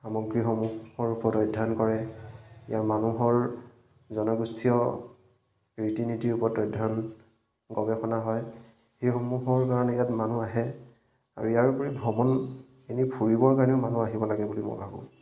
সামগ্ৰীসমূহৰ ওপৰত অধ্যয়ন কৰে ইয়াৰ মানুহৰ জনগোষ্ঠীয় ৰীতি নীতিৰ ওপৰত অধ্যয়ন গৱেষণা হয় সেইসমূহৰ কাৰণে ইয়াত মানুহ আহে আৰু ইয়াৰোপৰি ভ্ৰমণ এনেই ফুৰিবৰ কাৰণেও মানুহ আহিব লাগে বুলি মই ভাবোঁ